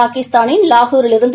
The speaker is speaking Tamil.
பாகிஸ்தானின் லகூரிலிருந்து